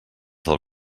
del